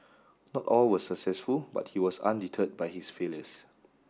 not all were successful but he was undeterred by his failures